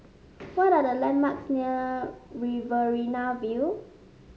what are the landmarks near Riverina View